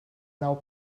now